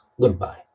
goodbye